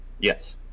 yes